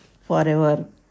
forever